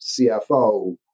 CFO